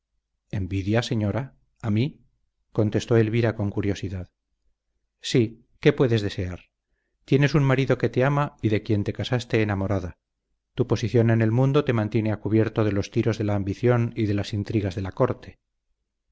envidia señora a mí contestó elvira con curiosidad sí qué puedes desear tienes un marido que te ama y de quien te casaste enamorada tu posición en el mundo te mantiene a cubierto de los tiros de la ambición y de las intrigas de la corte